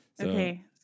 Okay